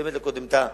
והקודמת לקודמתה.